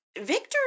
Victor